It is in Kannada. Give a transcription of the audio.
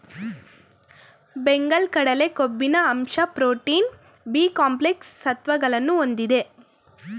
ಬೆಂಗಲ್ ಕಡಲೆ ಕೊಬ್ಬಿನ ಅಂಶ ಪ್ರೋಟೀನ್, ಬಿ ಕಾಂಪ್ಲೆಕ್ಸ್ ಸತ್ವಗಳನ್ನು ಹೊಂದಿದೆ